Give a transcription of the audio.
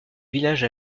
village